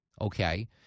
Okay